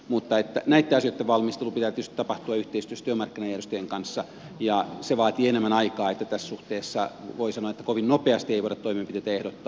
mutta näitten asioitten valmistelun pitää tietysti tapahtua yhteistyössä työmarkkinajärjestöjen kanssa ja se vaatii enemmän aikaa joten tässä suhteessa voi sanoa että kovin nopeasti ei voida toimenpiteitä ehdottaa